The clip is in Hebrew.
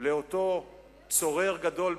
לאותו צורר גדול,